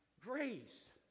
grace